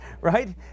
right